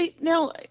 now